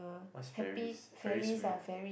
what's ferries ferries wheel